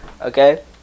Okay